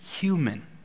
human